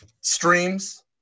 streams